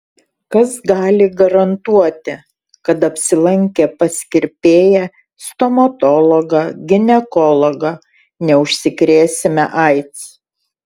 kas gali garantuoti kad apsilankę pas kirpėją stomatologą ginekologą neužsikrėsime aids